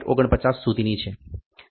49 સુધીની છે